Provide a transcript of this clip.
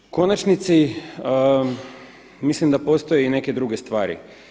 U konačnici, mislim da postoje neke druge stvari.